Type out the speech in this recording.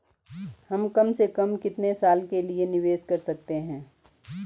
हम कम से कम कितने साल के लिए निवेश कर सकते हैं?